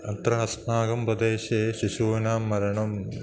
अत्र अस्माकं प्रदेशे शिशूनां मरणं